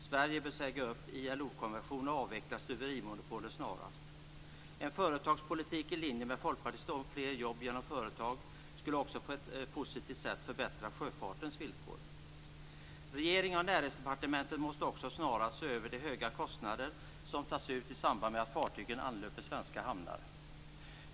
Sverige bör säga upp ILO-konventionen och avveckla stuverimonopolet snarast. En företagspolitik i linje med Folkpartiets om fler jobb genom företag skulle också på ett positivt sätt förbättra sjöfartens villkor. Regeringen och Näringsdepartementet måste också snarast se över de höga kostnader som tas ut i samband med att fartygen anlöper svenska hamnar.